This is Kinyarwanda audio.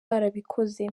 barabikoze